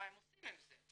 מה הם עושים עם זה?